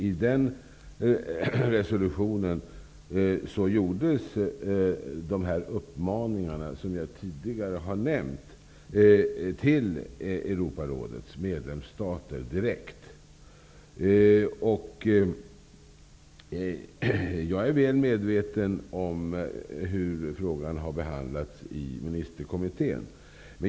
I den resolutionen gjordes de uppmaningar som jag tidigare har nämnt, direkt till Jag är väl medveten om hur frågan har behandlats i Ministerkommittén.